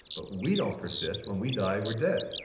but we don't persist. when we die, we're dead.